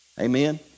Amen